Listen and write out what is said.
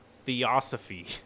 theosophy